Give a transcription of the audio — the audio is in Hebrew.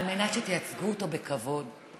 על מנת שתייצגו אותו בכבוד;